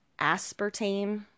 aspartame